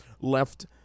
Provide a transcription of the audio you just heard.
left